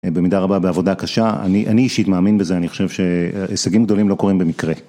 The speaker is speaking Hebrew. במידה רבה בעבודה קשה, אני אישית מאמין בזה, אני חושב שהישגים גדולים לא קורים במקרה.